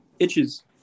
Itches